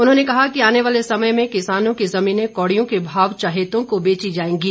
उन्होंने कहा कि आने वाले समय में किसानों की जमीनें कौड़ियों के भाव चहेतों को बेची जाएंगी